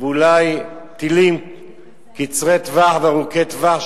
ואולי טילים קצרי-טווח וארוכי-טווח,